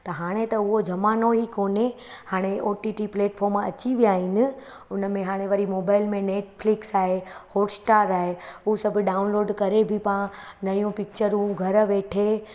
त हाणे त उहो ज़मानो ई कोने हाणे ओ टी टी प्लेटफॉर्म अची विया आहिनि उनमें हाणे वरी मोबाइल में नेटफ्लिक्स आहे हॉटस्टार आहे उहो सभु डाउनलोड करे बि पां नयूं पिकिचरूं घरु वेठे